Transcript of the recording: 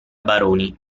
baroni